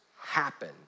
happen